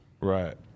right